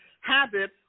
habit